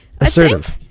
assertive